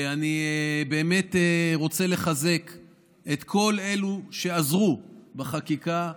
אני רוצה באמת לחזק את כל אלה שעזרו בחקיקה.